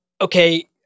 okay